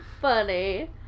funny